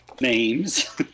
names